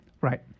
Right